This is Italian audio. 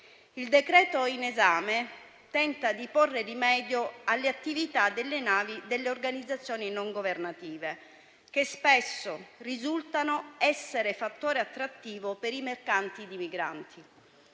Il provvedimento in esame tenta di porre rimedio alle attività delle navi delle organizzazioni non governative, che spesso risultano essere fattore attrattivo per i mercanti di migranti.